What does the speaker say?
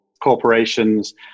corporations